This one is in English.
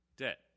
Debt